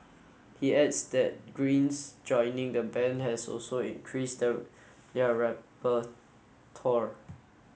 he adds that Green's joining the band has also increased the their repertoire